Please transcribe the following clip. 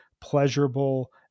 pleasurable